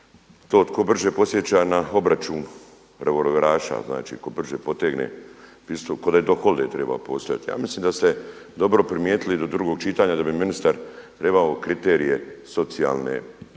to tko brže podsjeća na obračun revolveraša. Znači, tko brže potekne pištolj, kao da je …/Govornik se ne razumije./… trebao postojati. Ja mislim da ste dobro primijetili do drugog čitanja da bi ministar trebao kriterije socijalne,